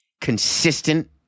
Consistent